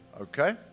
okay